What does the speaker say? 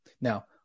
Now